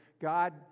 God